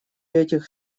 этих